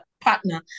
partner